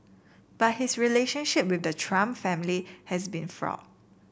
but his relationship with the Trump family has been fraught